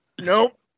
nope